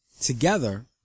Together